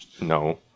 no